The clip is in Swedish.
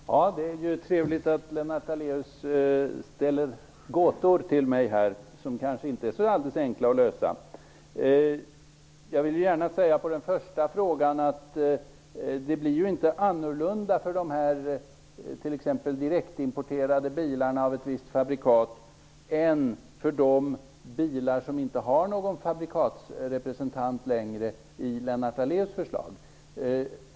Fru talman! Det är ju trevligt att Lennart Daléus ställer gåtor till mig som kanske inte är så alldeles enkla att lösa. När det gäller den första frågan blir det inte annorlunda för t.ex. de direktimporterade bilarna av ett visst fabrikat än för de bilar som inte längre har någon fabrikatsrepresentant med Lennart Daléus förslag.